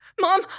Mom